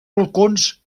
balcons